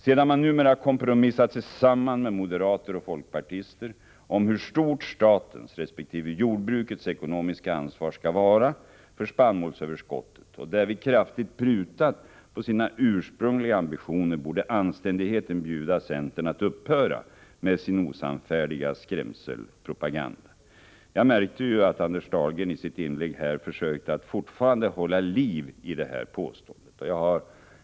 Sedan centern numera kompromissat sig samman med moderater och folkpartister om hur stort statens resp. jordbrukets ekonomiska ansvar skall vara för spannmålsöverskottet och därvid kraftigt prutat på sina ursprungliga ambitioner borde anständigheten bjuda centern att upphöra med sin osannfärdiga skrämselpropaganda. Jag märkte att Anders Dahlgren i sitt inlägg försökte att fortfarande hålla liv i detta påstående.